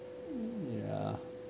ya